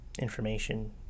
information